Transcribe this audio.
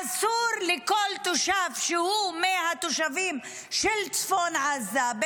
אסור לכל תושב שהוא מהתושבים של צפון עזה,